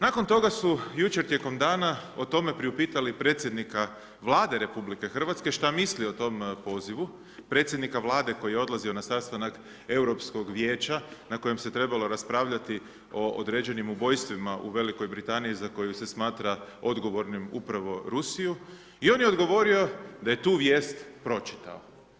Nakon toga su, jučer tijekom dana, o tome priupitali predsjednika Vlade RH, što misli o tom pozivu, predsjednika Vlade koji je odlazio na sastanak Europskog vijeća na kojem se trebalo raspravljati o određenim ubojstvima u Velikoj Britaniji za koje se smatra odgovornim upravo Rusiju i on je odgovorio da je tu vijest pročitao.